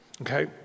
okay